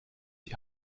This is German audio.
die